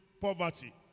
poverty